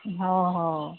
हो हो